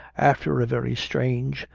after a very strange,